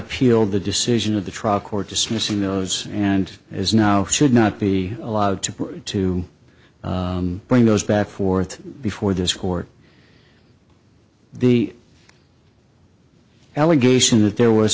appeal the decision of the trial court dismissing those and as now should not be allowed to to bring those back forth before this court the allegation that there was